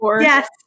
Yes